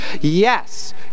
yes